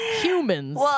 humans